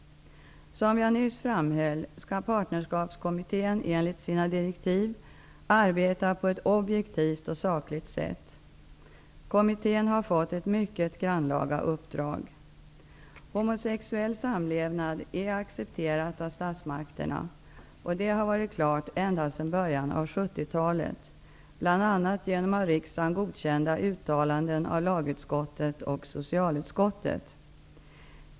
Som jag nyss framhöll skall Partnerskapskommittén enligt sina direktiv arbeta på ett objektivt och sakligt sätt. Kommittén har fått ett mycket grannlaga uppdrag. Homosexuell samlevnad är accepterad av statsmakterna. Detta har varit klart ända sedan början av 1970-talet, bl.a. genom av riksdagen godkända uttalanden av lagutskottet och socialutskottet.